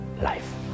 life